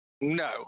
No